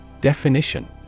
Definition